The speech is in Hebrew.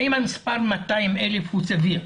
האם המספר 200,000 הוא סביר?